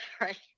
Right